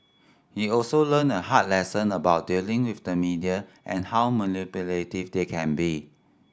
he also learned a hard lesson about dealing with the media and how manipulative they can be